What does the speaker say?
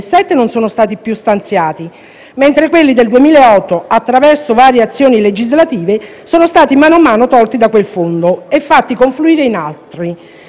mentre quelli del 2008, attraverso varie azioni legislative, sono stati man mano tolti da quel fondo e fatti confluire in altri, fino a farlo diventare pari a zero.